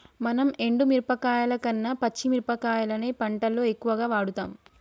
మనం ఎండు మిరపకాయల కన్న పచ్చి మిరపకాయలనే వంటల్లో ఎక్కువుగా వాడుతాం